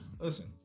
listen